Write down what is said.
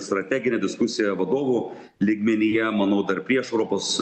strateginę diskusiją vadovų lygmenyje manau dar prieš europos